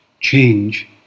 change